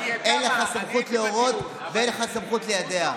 אין לך סמכות להורות ואין לך סמכות ליידע.